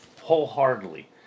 wholeheartedly